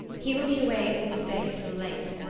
he will be away all day till late,